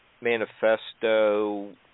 manifesto